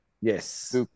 Yes